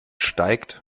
steigt